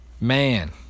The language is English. Man